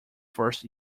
first